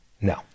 No